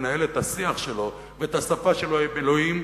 לנהל את השיח שלו ואת השפה שלו עם אלוהים,